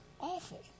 awful